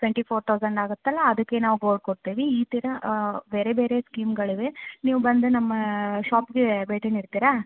twenty four thousand ಆಗುತ್ತಲ್ಲ ಅದಕ್ಕೆ ನಾವು ಗೋಲ್ಡ್ ಕೊಡ್ತೀವಿ ಈ ಥರ ಬೇರೆ ಬೇರೆ ಸ್ಕೀಮ್ಗಳಿವೆ ನೀವು ಬಂದು ನಮ್ಮ ಷಾಪಿಗೆ ಭೇಟಿ ನೀಡ್ತೀರಾ